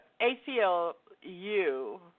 ACLU